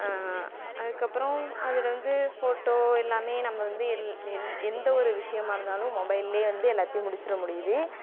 அதற்கப்புறம் அதில் வந்து ஃபோட்டோ எல்லாமே நம்ம வந்து எல் எல் எந்த ஒரு விஷயமா இருந்தாலும் மொபைல்ல வந்து எல்லாத்தையும் முடிச்சிடுற முடியுது